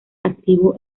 activo